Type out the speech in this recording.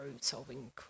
solving